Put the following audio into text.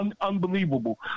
unbelievable